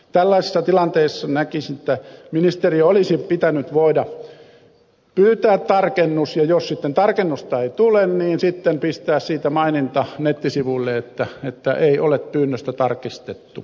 tällaisessa tilanteessa näkisin että ministeriön olisi pitänyt voida pyytää tarkennus ja jos sitten tarkennusta ei tule sitten pistää siitä maininta nettisivuille että ei ole pyynnöstä tarkistettu